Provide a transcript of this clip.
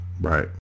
Right